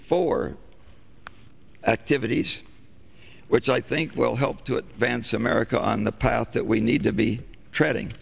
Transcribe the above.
four activities which i think will help to it vance america on the path that we need to be treading